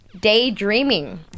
Daydreaming